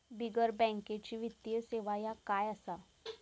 बिगर बँकेची वित्तीय सेवा ह्या काय असा?